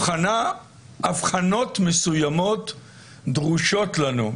הבחנות מסוימות דרושות לנו.